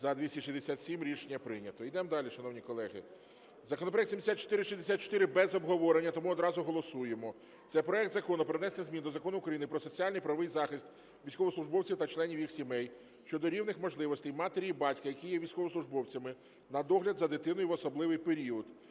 За-267 Рішення прийнято. Йдемо далі, шановні колеги. Законопроект 7464. Без обговорення. Тому одразу голосуємо. Це проект Закону про внесення змін до Закону України "Про соціальний і правовий захист військовослужбовців та членів їх сімей" щодо рівних можливостей матері і батька, які є військовослужбовцями, на догляд за дитиною в особливий період.